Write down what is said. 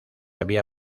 había